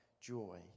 joy